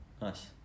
Nice